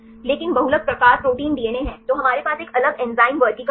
लेकिन बहुलक प्रकार प्रोटीन डीएनए है तो हमारे पास एक अलग एंजाइम वर्गीकरण है